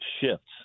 shifts